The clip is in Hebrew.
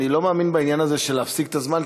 אני לא מאמין בעניין הזה של להפסיק את הזמן,